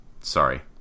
Sorry